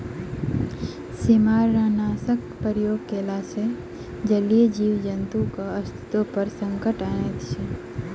सेमारनाशकक प्रयोग कयला सॅ जलीय जीव जन्तुक अस्तित्व पर संकट अनैत अछि